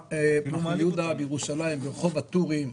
מחנה יהודה בירושלים ברחוב הטורים,